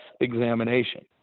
examination